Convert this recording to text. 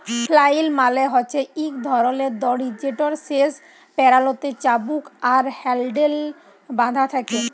flail মালে হছে ইক ধরলের দড়ি যেটর শেষ প্যারালতে চাবুক আর হ্যাল্ডেল বাঁধা থ্যাকে